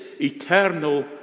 eternal